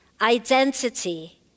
Identity